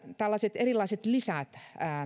tällaiset erilaiset lisät